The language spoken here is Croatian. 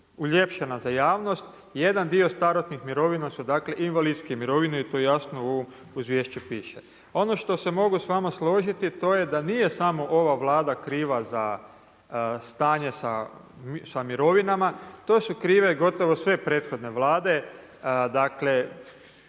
uljepšana za javnost. Jedan dio starosnih mirovina su dakle invalidske mirovine i to jasno u ovom izvješću piše. Ono što se mogu s vama složiti, to je da nije samo ova Vlada kriva za stanje sa mirovinama, to su krive gotovo sve prethodne Vlade,